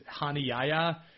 Hanayaya